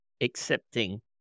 accepting